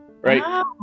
Right